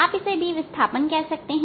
आप इसे Bविस्थापन कह सकते हैं